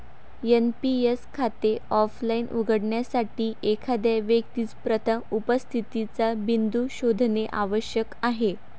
NPS खाते offline उघडण्यासाठी, एखाद्या व्यक्तीस प्रथम उपस्थितीचा बिंदू शोधणे आवश्यक आहे